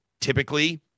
typically